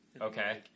Okay